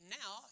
now